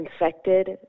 infected